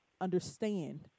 understand